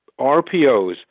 RPOs